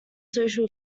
social